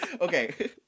Okay